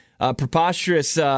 Preposterous